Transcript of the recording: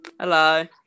Hello